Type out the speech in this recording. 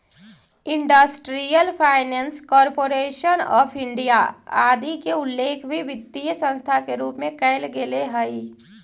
industrial finance corporation of India आदि के उल्लेख भी वित्तीय संस्था के रूप में कैल गेले हइ